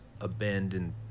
abandoned